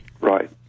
Right